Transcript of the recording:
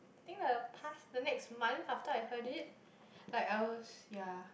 I think the past the next month after I heard it like I was ya